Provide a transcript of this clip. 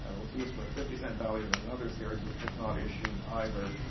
um it was used for a fifty cent value in another series which was not issued either,